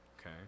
okay